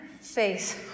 face